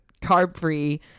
carb-free